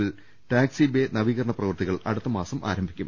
രിൽ ടാക്സി ബ്രേനവീകരണ പ്രവൃത്തികൾ അടുത്തമാസം ആരംഭിക്കും